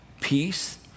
peace